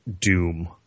doom